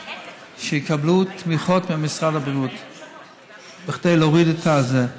שיקבלו תמיכות ממשרד הבריאות כדי להוריד את זה.